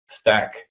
stack